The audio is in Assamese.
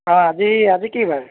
অঁ আজি আজি কি বাৰ